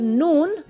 noon